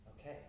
Okay